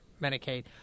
Medicaid